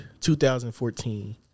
2014